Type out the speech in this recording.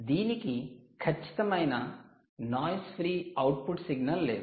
దీనికి ఖచ్చితమైన noise free output signal లేదు